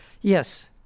Yes